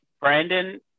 Brandon